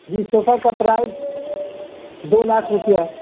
جی صوفہ کا پرائز دو لاکھ روپیہ ہے